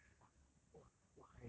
!wah! !wah! !wah!